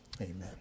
amen